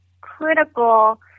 critical